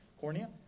cornea